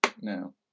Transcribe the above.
Now